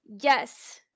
yes